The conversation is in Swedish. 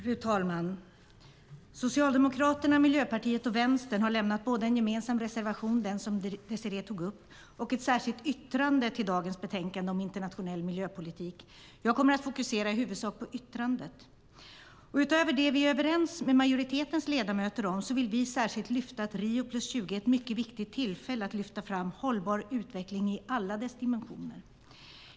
Fru talman! Socialdemokraterna, Miljöpartiet och Vänstern har lämnat både en gemensam reservation, den som Désirée Liljevall tog upp, och ett särskilt yttrande till dagens betänkande om internationell miljöpolitik. Jag kommer att fokusera i huvudsak på yttrandet. Utöver det vi är överens med majoritetens ledamöter om vill vi särskilt lyfta fram att Rio + 20 är ett mycket viktigt tillfälle att lyfta fram hållbar utveckling i alla dess dimensioner.